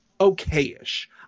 okay-ish